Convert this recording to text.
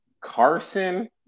Carson